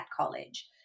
college